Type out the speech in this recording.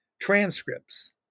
transcripts